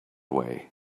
way